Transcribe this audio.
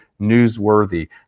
newsworthy